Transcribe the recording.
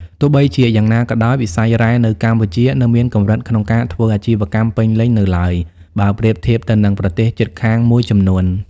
ទោះបីជាយ៉ាងណាក៏ដោយ វិស័យរ៉ែនៅកម្ពុជានៅមានកម្រិតក្នុងការធ្វើអាជីវកម្មពេញលេញនៅឡើយ បើប្រៀបធៀបទៅនឹងប្រទេសជិតខាងមួយចំនួន។